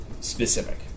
specific